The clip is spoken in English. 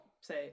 say